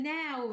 now